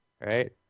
Right